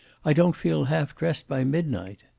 i don't feel half-dressed by midnight.